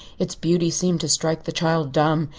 its beauty seemed to strike the child dumb.